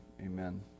amen